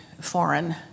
foreign